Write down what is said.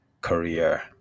career